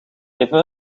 even